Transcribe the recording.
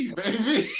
baby